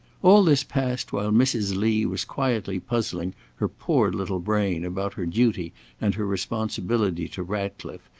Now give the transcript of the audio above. all this passed while mrs. lee was quietly puzzling her poor little brain about her duty and her responsibility to ratcliffe,